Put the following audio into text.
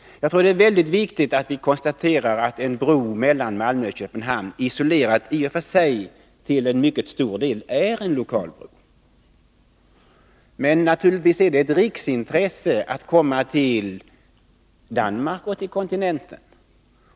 Det är väldigt viktigt att vi konstaterar att frågan om en bro mellan Malmö och Köpenhamn, isolerat sett, till mycket stor del är ett lokalt problem. Men naturligtvis är det ett riksintresse att trafikanterna kan komma till Danmark och kontinenten.